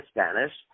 Spanish